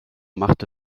machte